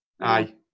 Aye